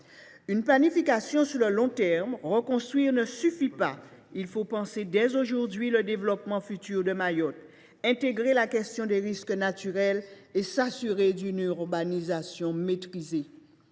une planification sur le long terme, car reconstruire ne suffit pas. Il faut concevoir dès aujourd’hui le développement futur de Mayotte, intégrer la question des risques naturels et s’assurer d’une urbanisation maîtrisée.